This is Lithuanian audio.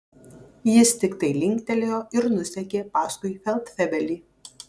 jis tiktai linktelėjo ir nusekė paskui feldfebelį